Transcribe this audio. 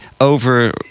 over